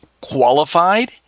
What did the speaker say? qualified